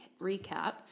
recap